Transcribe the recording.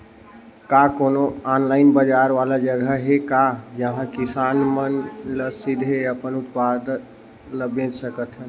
का कोनो ऑनलाइन बाजार वाला जगह हे का जहां किसान मन ल सीधे अपन उत्पाद ल बेच सकथन?